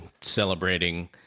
celebrating